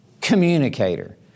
communicator